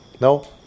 No